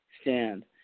stand